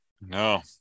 No